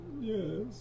Yes